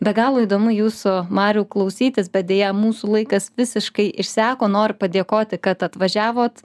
be galo įdomu jūsų mariau klausytis bet deja mūsų laikas visiškai išseko noriu padėkoti kad atvažiavot